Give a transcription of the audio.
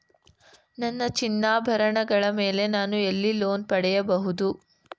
ನನ್ನ ಚಿನ್ನಾಭರಣಗಳ ಮೇಲೆ ನಾನು ಎಲ್ಲಿ ಲೋನ್ ಪಡೆಯಬಹುದು?